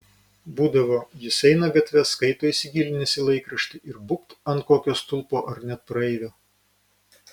būdavo jis eina gatve skaito įsigilinęs į laikraštį ir būbt ant kokio stulpo ar net praeivio